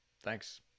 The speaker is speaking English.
thanks